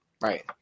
Right